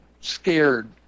scared